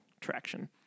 traction